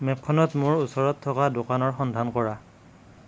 মেপখনত মোৰ ওচৰত থকা দোকানৰ সন্ধান কৰা